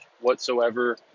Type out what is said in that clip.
whatsoever